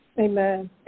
Amen